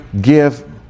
give